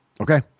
Okay